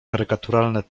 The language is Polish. karykaturalne